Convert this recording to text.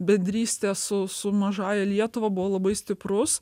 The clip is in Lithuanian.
bendryste su su mažąja lietuva buvo labai stiprus